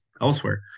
elsewhere